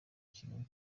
kigali